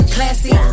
Classy